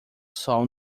sol